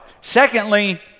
Secondly